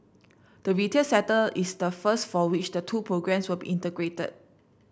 the retail sector is the first for which the two programmes will be integrated